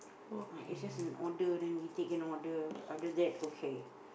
uh it's just an order then we take an order other that okay